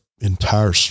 entire